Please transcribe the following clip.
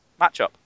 matchup